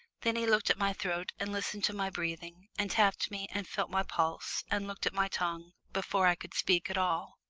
then he looked at my throat and listened to my breathing, and tapped me and felt my pulse and looked at my tongue before i could speak at all.